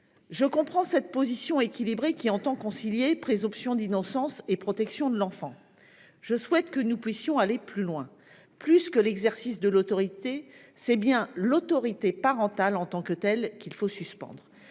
Je comprends cette position équilibrée, qui tend à concilier présomption d'innocence et protection de l'enfant. Je souhaite cependant que nous puissions aller plus loin : plus que l'exercice de l'autorité, c'est bien l'autorité parentale en tant que telle qu'il faut suspendre,